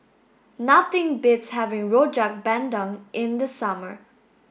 nothing beats having Rojak Bandung in the summer